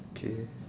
okay